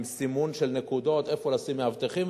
עם סימון של נקודות איפה לשים מאבטחים.